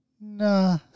nah